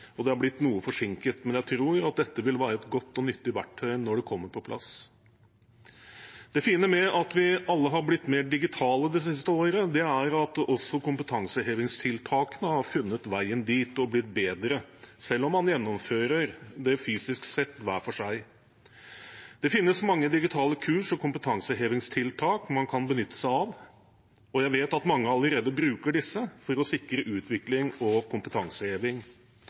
og det er blitt noe forsinket, men jeg tror at dette vil være et godt og nyttig verktøy når det kommer på plass. Det fine med at vi alle har blitt mer digitale det siste året, er at også kompetansehevingstiltakene har funnet veien dit og er blitt bedre, selv om man gjennomfører det fysisk sett hver for seg. Det finnes mange digitale kurs og kompetansehevingstiltak man kan benytte seg av, og jeg vet at mange allerede bruker disse for å sikre utvikling og kompetanseheving.